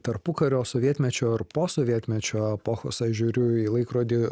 tarpukario sovietmečio ar po sovietmečio epochos aš žiūriu į laikrodį